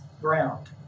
ground